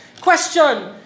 question